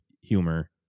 humor